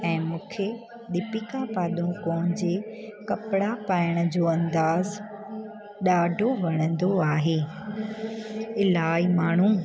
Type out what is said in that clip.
ऐं मूंखे दीपिका पादूकोण जे कपिड़ा पाइण जो अंदाज़ु ॾाढो वणंदो आहे इलाही माण्हू